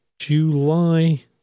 July